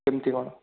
କେମିତି କ'ଣ